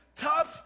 tough